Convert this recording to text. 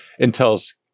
intel's